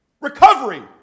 Recovery